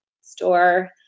store